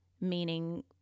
meaning